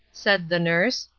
said the nurse.